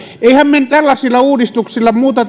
emmehän me tällaisilla uudistuksilla muuta